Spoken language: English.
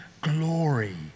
glory